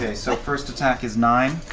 so first attack is nine.